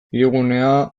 hirigunea